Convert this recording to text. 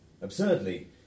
Absurdly